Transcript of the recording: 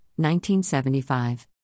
1975